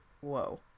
whoa